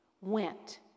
went